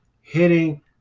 hitting